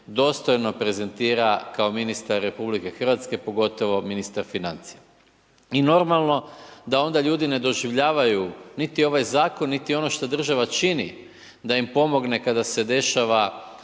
dostojno prezentira kao ministar RH pogotovo ministar financija. I normalno da onda ljudi ne doživljavaju niti ovaj zakon niti ono što država čini da im pomogne kada se dešava